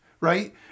right